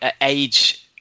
age